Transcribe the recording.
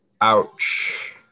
Ouch